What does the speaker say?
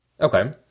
Okay